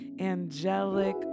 angelic